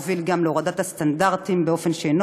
הוביל גם להורדת הסטנדרטים באופן שאינו